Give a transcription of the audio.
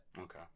Okay